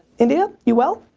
india you well?